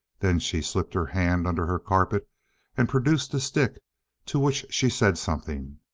then she slipped her hand under her carpet and produced a stick to which she said something.